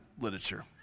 literature